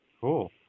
Cool